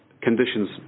conditions